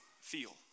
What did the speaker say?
feel